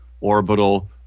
orbital